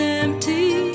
empty